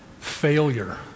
failure